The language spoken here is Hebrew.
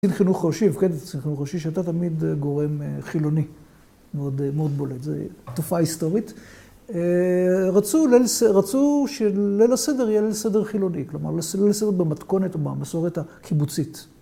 קצין חינוך ראשי, כן, קצין חינוך ראשי, שאתה תמיד גורם חילוני מאוד בולט. זו תופעה היסטורית. רצו שליל הסדר יהיה ליל הסדר חילוני. כלומר, ליל הסדר במתכונת המסורת הקיבוצית.